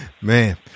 Man